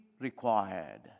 required